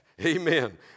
amen